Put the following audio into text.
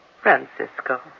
Francisco